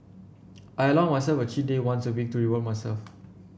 I allow myself a cheat day once a week to reward myself